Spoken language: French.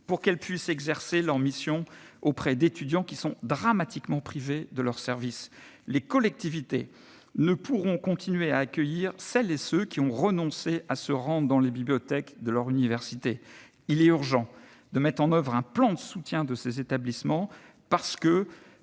pour qu'elles puissent exercer leurs missions auprès d'étudiants qui sont dramatiquement privés de leur service. Les collectivités ne pourront continuer à accueillir celles et ceux qui ont renoncé à se rendre dans les bibliothèques de leur université. Il est urgent de mettre en oeuvre un plan de soutien de ces établissements, parce que,